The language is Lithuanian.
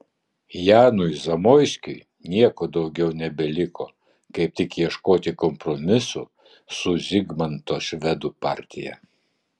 janui zamoiskiui nieko daugiau nebeliko kaip tik ieškoti kompromisų su zigmanto švedų partija